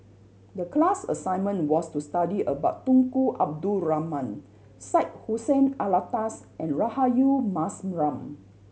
the class assignment was to study about Tunku Abdul Rahman Syed Hussein Alatas and Rahayu Mahzam